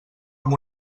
amb